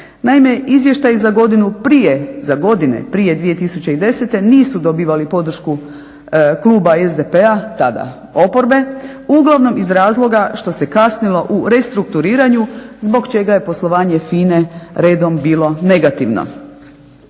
godinu prije, za godine prije 2010. nisu dobivali podršku kluba SDP-a, tada oporbe uglavnom iz razloga što se kasnilo u restrukturiranju zbog čega je poslovanje FINA-e redom bilo negativno.